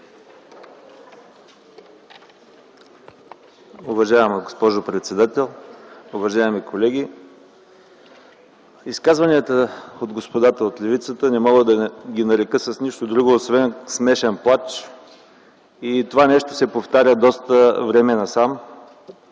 Уважаема госпожо председател, уважаеми колеги! Изказванията от господата от левицата не мога да ги нарека с нищо друго, освен смешен плач. Това нещо се повтаря от доста време насам.